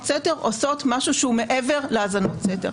סתר עושים משהו שהוא מעבר להאזנות סתר.